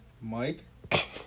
Mike